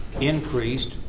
increased